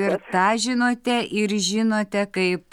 ir tą žinote ir žinote kaip